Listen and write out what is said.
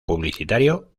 publicitario